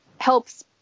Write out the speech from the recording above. helps